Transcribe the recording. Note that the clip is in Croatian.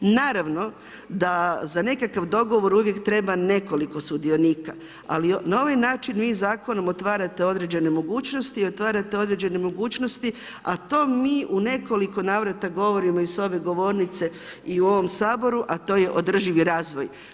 Naravno da za nekakav dogovor uvijek treba nekoliko sudionika, ali na ovaj način vi otvarate određene mogućnosti, otvarate određene mogućnosti, a to mi u nekoliko navrta, govorim iz ove govornice i u ovom saboru, a to je održivi razvoj.